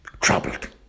troubled